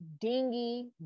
dingy